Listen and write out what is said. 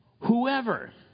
Whoever